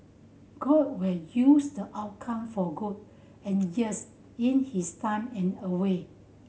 god will use the outcome for good and yes in his time and away